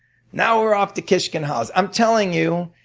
now we're off to kiskunhalas. i'm telling you,